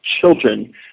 children